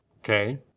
Okay